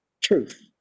truth